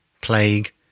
plague